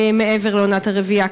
כלומר מעבר לעונת הרבייה?